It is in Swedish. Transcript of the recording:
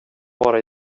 bara